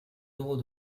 euros